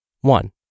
One